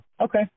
okay